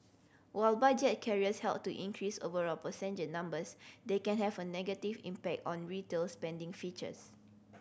while budget carriers help to increase overall passenger numbers they can have a negative impact on retail spending features